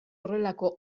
horrelako